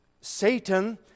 Satan